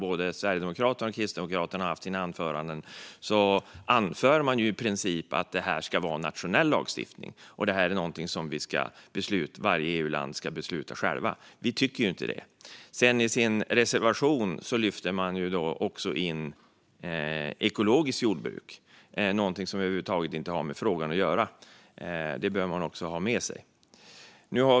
Både Sverigedemokraterna och Kristdemokraterna har nu i talarstolen anfört att detta i princip ska vara nationell lagstiftning och någonting som varje EU-land ska besluta om självt. Vi tycker inte det. I sin reservation lyfter man även in ekologiskt jordbruk. Men detta har över huvud taget inget med frågan att göra, vilket man behöver ha med sig.